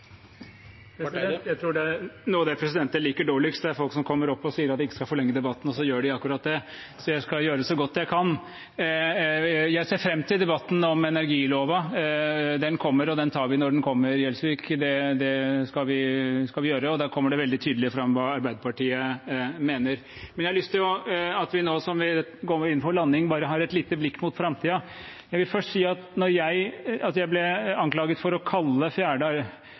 folk som kommer opp og sier at de ikke skal forlenge debatten, og så gjør de akkurat det. Men jeg skal gjøre så godt jeg kan. Jeg ser fram til debatten om energiloven. Den kommer. Til Gjelsvik – den tar vi når den kommer. Det skal vi gjøre, og da kommer det veldig tydelig fram hva Arbeiderpartiet mener. Jeg har lyst til at vi nå som vi går inn for landing, har et lite blikk mot framtiden. Jeg vil først si at jeg ble anklaget for å kalle fjerde